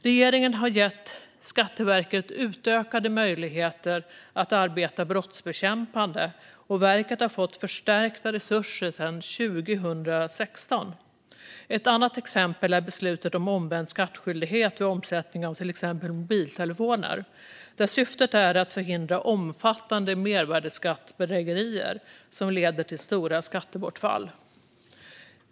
Regeringen har gett Skatteverket utökade möjligheter att arbeta brottsbekämpande, och verket har fått förstärkta resurser sedan 2016. Ett annat exempel är beslutet om omvänd skattskyldighet vid omsättning av till exempel mobiltelefoner, där syftet är att förhindra omfattande mervärdesskattebedrägerier som leder till stora skattebortfall.